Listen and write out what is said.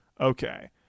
Okay